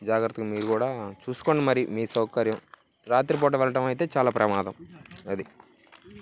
జాగ్రత్తలు మీరు కూడా చూసుకోండి మరి మీ సౌకర్యం రాత్రిపూట వెళ్ళటం అయితే చాలా ప్రమాదం అది